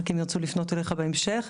למקרה שירצו לפנות אליך בהמשך.